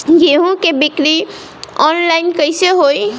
गेहूं के बिक्री आनलाइन कइसे होई?